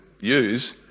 use